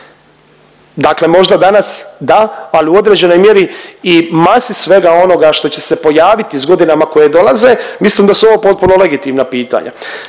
Dakle možda danas da, ali u određenoj mjeri i masi svega onoga što će se pojaviti s godinama koje dolaze, mislim da su ovo potpuno legitimna pitanja.